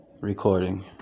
Recording